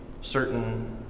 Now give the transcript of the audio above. certain